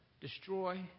destroy